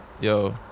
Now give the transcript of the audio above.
yo